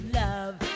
love